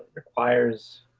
requires